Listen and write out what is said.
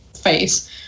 face